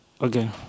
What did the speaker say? Okay